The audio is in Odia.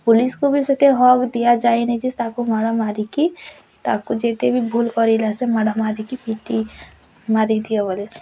ପୋଲିସ୍କୁ ବି ସେତେ ହକ ଦିଆଯାଇନି ଯେ ତାହାକୁ ମାଡ଼ ମାରିକି ତାକୁ ଯେତେ ବି ଭୁଲ କରିଲା ସେ ମାଡ଼ ମାରିକି ପିଟି ମାରିଦିଅ ବୋଲି